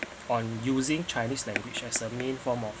on using chinese language as a main form of